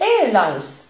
Airlines